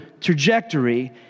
trajectory